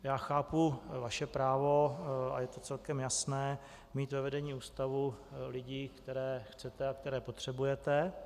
Já chápu vaše právo a je to celkem jasné mít ve vedení ústavu lidi, které chcete a které potřebujete.